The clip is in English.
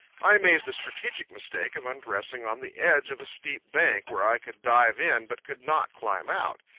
i made the strategic mistake of undressing on the edge of a steep bank where i could dive in but could not climb out.